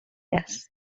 است